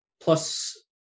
plus